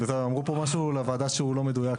אמרו פה לוועדה משהו שהוא לא מדויק,